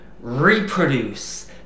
reproduce